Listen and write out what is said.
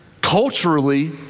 culturally